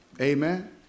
Amen